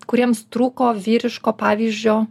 kuriems trūko vyriško pavyzdžio